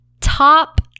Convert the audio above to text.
top